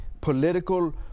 political